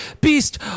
Beast